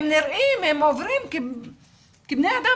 הם נראים, הם עוברים כבני אדם.